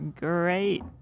great